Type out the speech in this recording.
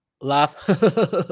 laugh